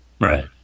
Right